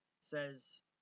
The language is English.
says